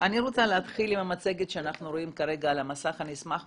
להתחיל עם המצגת שאנחנו רואים כרגע על המסך,